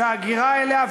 שההגירה אליה,